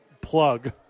plug